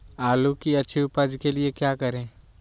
आलू की अच्छी उपज के लिए क्या करें?